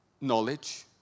knowledge